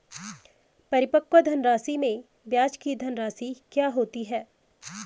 परिपक्व धनराशि में ब्याज की धनराशि क्या होती है?